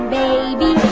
baby